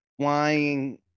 flying